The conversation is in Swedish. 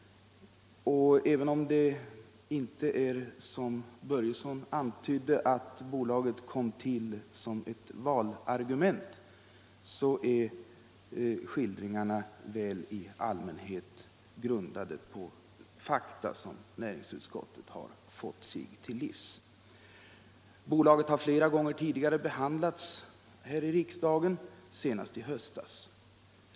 Även om det inte är så, som herr Börjesson I Glömminge antydde, att bolaget kom tull som ett valargument, är skildringarna i allmänhet grundade på fakta som näringsutskottet fått ta del av. Bolaget har behandlats flera gånger tidigare här i riksdagen, senast i höstas.